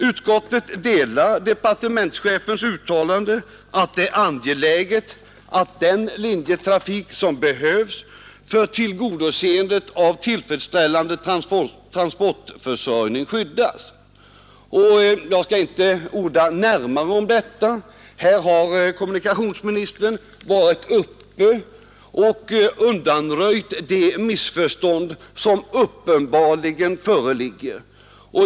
Utskottet delar departementschefens uttalade uppfattning att det är angeläget att den linjetrafik som behövs för en tillfredsställande transportförsörjning skyddas. Jag skall inte orda närmare om detta. Här har kommunikationsministern varit uppe och undanröjt de missförstånd som uppenbarligen föreligger.